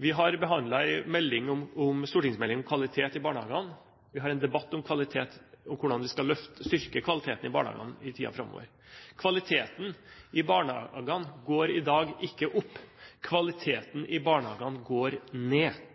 Vi har behandlet en stortingsmelding om kvaliteten i barnehagene. Vi har en debatt om hvordan vi kan styrke kvaliteten i barnehagene i tiden framover. Kvaliteten i barnehagene går i dag ikke opp. Kvaliteten i barnehagene går ned.